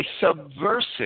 subversive